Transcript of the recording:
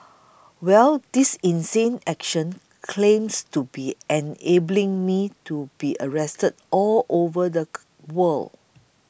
well this insane action claims to be enabling me to be arrested all over the world